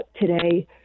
today